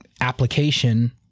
application